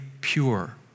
pure